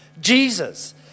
Jesus